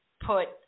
put